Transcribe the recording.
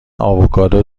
آووکادو